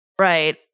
Right